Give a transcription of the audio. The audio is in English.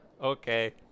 okay